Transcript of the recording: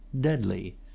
deadly